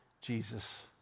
Jesus